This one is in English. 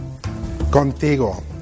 Contigo